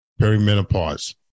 perimenopause